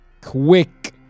quick